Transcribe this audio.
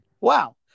Wow